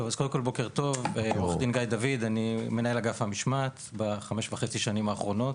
אני מנהל אגף המשמעת בחמש וחצי השנים האחרונות.